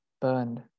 burned